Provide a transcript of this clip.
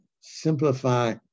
simplify